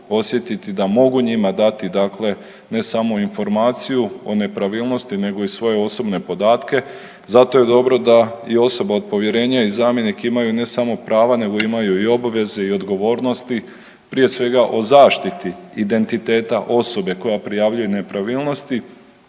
osjetiti da mogu njima dati, dakle ne samo informaciju o nepravilnosti nego i svoje osobne podatke. Zato je dobro da i osoba od povjerenja i zamjenik imaju ne samo prava, nego imaju i obveze i odgovornosti prije svega o zaštiti identiteta osobe koja prijavljuje nepravilnosti